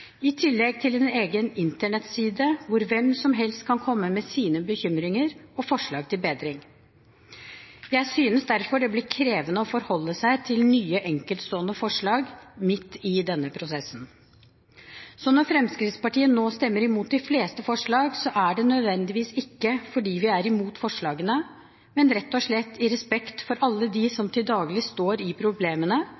i tillegg til en egen Internett-side hvor hvem som helst kan komme med sine bekymringer og forslag til bedringer. Jeg synes derfor det blir krevende å forholde seg til nye enkeltstående forslag midt i denne prosessen. Så når Fremskrittspartiet nå stemmer imot de fleste forslag, er det nødvendigvis ikke fordi vi er imot forslagene, men rett og slett i respekt for alle dem som til daglig står i problemene,